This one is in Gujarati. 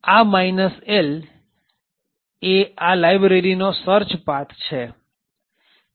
આ L એ આ લાયબ્રેરીનો સર્ચ પાથ છે